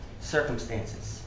circumstances